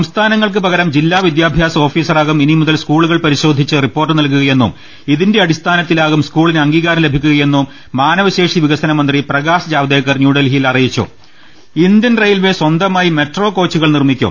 സംസ്ഥാനങ്ങൾക്ക് പകരം ജില്ലാ വിദ്യാ ഭ്യാസ ഓഫീസറാകും ഇനിമുതൽ സ്കൂളുകൾ പരിശോധിച്ച് റിപ്പോർട്ട് നൽകുകയെന്നും ഇതിന്റെ അടിസ്ഥാനത്തിലാവും സ്കൂളിന് അംഗീകാരം ലഭിക്കുകയെന്നും മാനവശേഷി വിക സന മന്ത്രി പ്രകാശ് ജാവ്ദേക്കർ ന്യൂഡൽഹിയിൽ അറിയി ച്ചും ഇന്ത്യൻ റെയിൽവേ സ്വന്തമായി മെട്രോ കോച്ചുകൾ നിർമ്മിക്കും